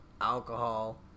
alcohol